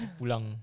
pulang